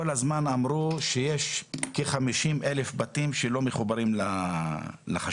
כל הזמן אמרו שיש כ-50,000 בתים שלא מחוברים לחשמל.